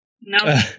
No